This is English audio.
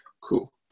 Cool